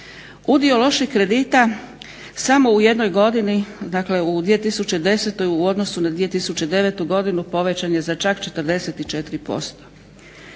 Udio loših kredita samo u jednoj godini dakle u 2010. u odnosu na 2009. godinu povećan je za čak 44%.